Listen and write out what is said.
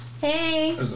Hey